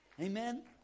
Amen